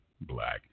Black